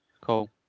Cool